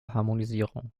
harmonisierung